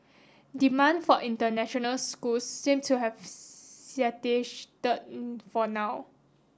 demand for international schools seems to have been for now